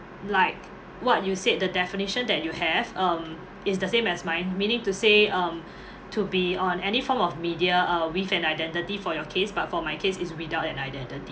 like what you said the definition that you have um is the same as mine meaning to say um to be on any form of media uh with an identity for your case but for my case is without an identity